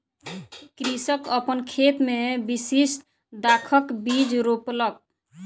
कृषक अपन खेत मे विशिष्ठ दाखक बीज रोपलक